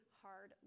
hard